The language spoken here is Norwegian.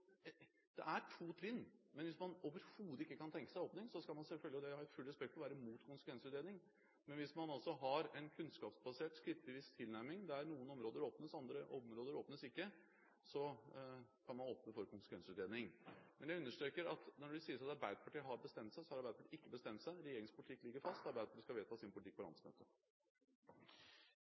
to trinn. Men hvis man overhodet ikke kan tenke seg åpning, skal man selvfølgelig – og det har jeg full respekt for – være imot en konsekvensutredning. Men hvis man har en kunnskapsbasert, skrittvis tilnærming der noen områder åpnes og andre områder ikke åpnes, kan man åpne for en konsekvensutredning. Men jeg understreker, når det sies at Arbeiderpartiet har bestemt seg, at Arbeiderpartiet ikke har bestemt seg. Regjeringens politikk ligger fast, og Arbeiderpartiet skal vedta sin politikk på